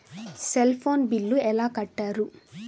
Cell phone bill ఎలా కట్టారు?